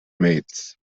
mates